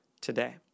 today